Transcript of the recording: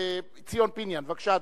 ציון פיניאן, בבקשה,